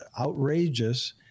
outrageous